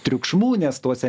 triukšmų nes tose